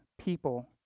people